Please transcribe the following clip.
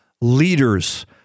leaders